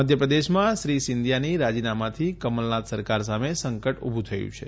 મધ્યપ્રદેશમાં શ્રી સિંધિયાના રાજીનામાથી કમલનાથ સરકાર સામે સંકટ ઉભું થયું છે